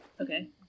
okay